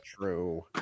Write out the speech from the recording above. true